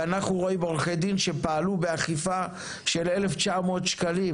ואנחנו רואים עורכי דין שפעלו באכיפה של 1,900 ₪,